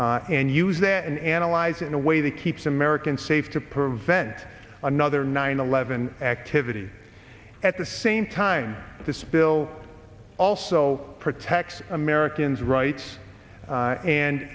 and use that and analyze it in a way that keeps americans safe to prevent another nine eleven activity at the same time that this bill also protects americans rights